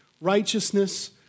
righteousness